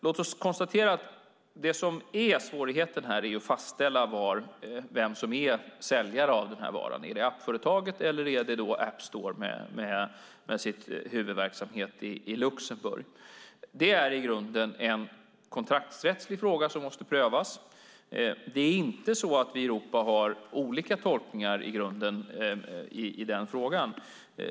Låt oss konstatera att det som är svårigheten här är att fastställa vem som är säljare av den här varan: Är det appföretaget eller är det App Store med sin huvudverksamhet i Luxemburg? Det är i grunden en kontraktsrättslig fråga som måste prövas. Det är inte så att vi i Europa har olika tolkningar i grunden i den frågan.